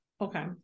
okay